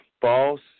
false